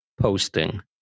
posting